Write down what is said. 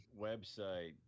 website